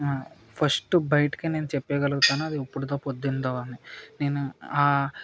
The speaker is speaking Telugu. ఫస్ట్ బయటకి నేను చెప్పగలుగుతాను అది ఇప్పుడుదా పొద్దునదా అని నేను